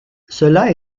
cela